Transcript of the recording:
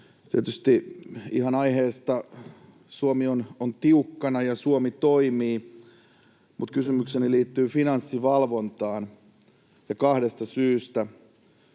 tietysti ihan aiheesta Suomi on tiukkana ja Suomi toimii. Kysymykseni liittyy finanssivalvontaan ja kahdesta syystä.